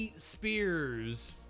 Spears